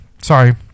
sorry